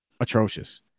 atrocious